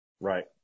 Right